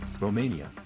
Romania